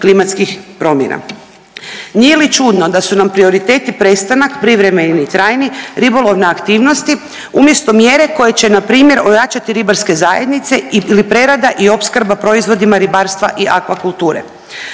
Nije li čudno da su nam prioriteti prestanak, privremeni ili trajni ribolovne aktivnosti umjesto mjere koje će npr. ojačati ribarske zajednice ili prerada i opskrba proizvodima ribarstva i akvakulture.